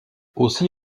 aussi